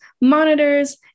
monitors